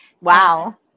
Wow